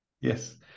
yes